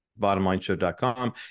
BottomLineShow.com